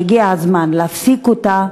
שהגיע הזמן להפסיק אותה,